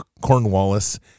Cornwallis